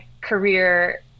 career